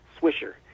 Swisher